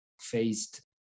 faced